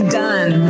done